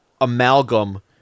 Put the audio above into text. amalgam